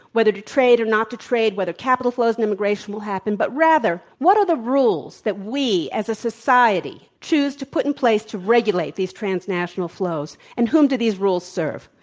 whether to trade or not to trade, whether capital flows and immigration will happen, but rather what are the rules that we as a society choose to put in place to regulate these transnational flows and whom do these rules serve?